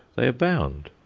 they abound.